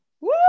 Woo